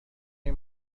این